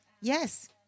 yes